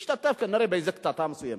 כנראה הוא השתתף בקטטה מסוימת.